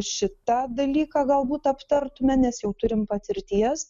šitą dalyką galbūt aptartume nes jau turim patirties